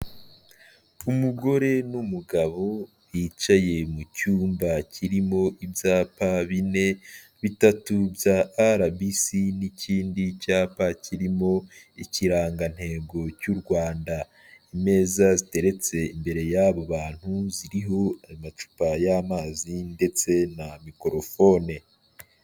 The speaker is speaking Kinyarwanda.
Umugore n'umugabo bicaye mu cyumba kirimo ibyapa bine, bitatu bya RBC n'ikindi cyapa kirimo ikirangantego cy'u Rwanda, imeza ziteretse imbere y'abo bantu, ziriho amacupa y'amazi ndetse na mikorofone.